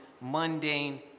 mundane